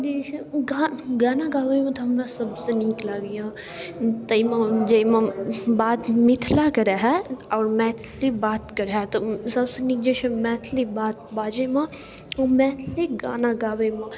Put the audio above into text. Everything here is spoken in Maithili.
आओर जे छै ओ गाना गाबैमे तऽ हमरा सबसँ नीक लागैए ताहिमे जाहिमे बात मिथिलाके रहए आओर मैथिली बातके रहए तऽ ओ सबसँ नीक जे छै से नीक मैथिली बाजैमे मैथली गाना गाबैमे